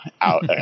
out